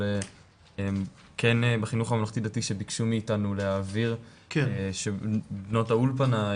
אבל בחינוך הממלכתי דתי ביקשו מאתנו להעביר שבנות האולפנה,